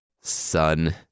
Son